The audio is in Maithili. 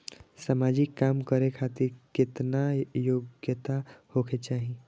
समाजिक काम करें खातिर केतना योग्यता होके चाही?